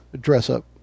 dress-up